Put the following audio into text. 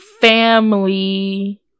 family